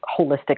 holistic